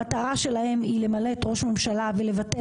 המטרה שלהם היא למלט את ראש הממשלה ולבטל